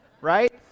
Right